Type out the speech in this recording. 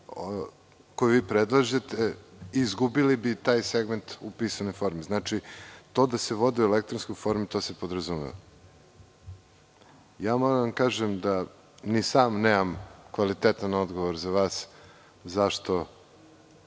koji vi predlažete, izgubili bi taj segment u pisanoj formi. Znači, to da se vodi u elektronskoj formi, to se podrazumeva. Moram da vam kažem da ni sam nemam kvalitetan odgovor za vas zašto